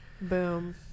Boom